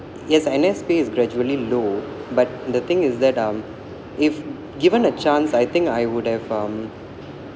yes N_S pay is gradually low but the thing is that um if given a chance I think I would have um